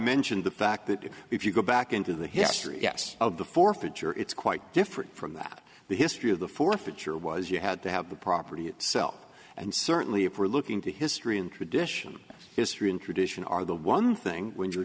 mentioned the fact that if you go back into the history yes of the forfeiture it's quite different from that the history of the forfeiture was you had to have the property itself and certainly if we're looking to history and tradition history and tradition are the one thing when you're